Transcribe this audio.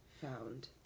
found